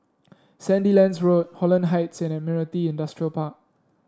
Sandilands Road Holland Heights and Admiralty Industrial Park